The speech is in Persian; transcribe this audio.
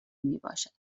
میباشد